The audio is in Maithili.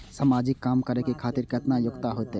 समाजिक काम करें खातिर केतना योग्यता होते?